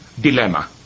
dilemma